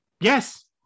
Yes